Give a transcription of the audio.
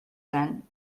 then